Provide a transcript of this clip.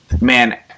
man